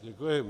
Děkuji.